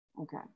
Okay